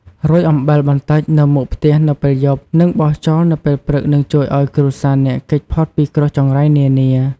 រោយអំបិលបន្តិចនៅមុខផ្ទះនៅពេលយប់ និងបោសចោលនៅពេលព្រឹកនឹងជួយឲ្យគ្រួសារអ្នកគេចផុតពីគ្រោះចង្រៃនានា ។